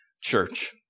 Church